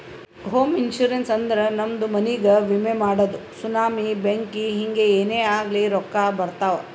ಹೋಮ ಇನ್ಸೂರೆನ್ಸ್ ಅಂದುರ್ ನಮ್ದು ಮನಿಗ್ಗ ವಿಮೆ ಮಾಡದು ಸುನಾಮಿ, ಬೆಂಕಿ ಹಿಂಗೆ ಏನೇ ಆಗ್ಲಿ ರೊಕ್ಕಾ ಬರ್ತಾವ್